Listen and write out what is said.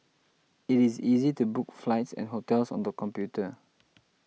it is easy to book flights and hotels on the computer